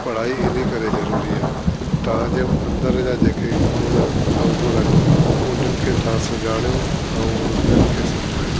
पढ़ाई इन करे जरूरी आहे तव्हांजे अंदरि जा जेके गुण अवगुण आहिनि उननि खे तां सुञाणो ऐं ॿियनि खे सम्झायो